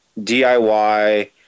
DIY